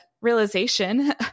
realization